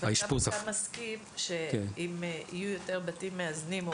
האשפוז --- אתה מסכים שאם יהיו יותר בתים מאזנים,